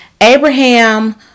Abraham